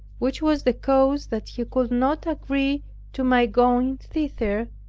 which was the cause that he could not agree to my going thither,